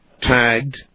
tagged